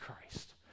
Christ